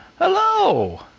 Hello